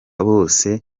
bose